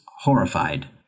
horrified